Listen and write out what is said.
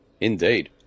Indeed